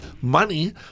money